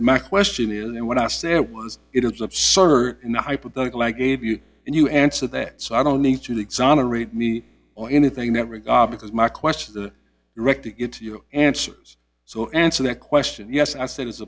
my question is when i say it was it was absurd in the hypothetical i gave you and you answer that so i don't need to exonerate me or anything that regard because my question to direct to get you answers so answer that question yes i said it's